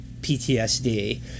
PTSD